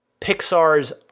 Pixar's